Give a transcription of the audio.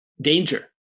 danger